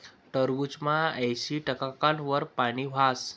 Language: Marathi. टरबूजमा ऐंशी टक्काना वर पानी हास